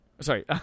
sorry